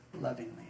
lovingly